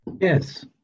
Yes